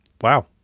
Wow